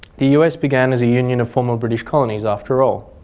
the us began as a union of former british colonies after all.